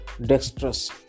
Dexterous